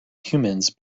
humans